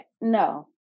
no